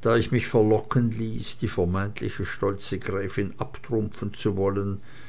da ich mich verlocken ließ die vermeintliche stolze gräfin abtrumpfen zu wollen